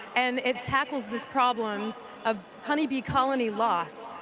and it tackles this problem of honeybee colony loss.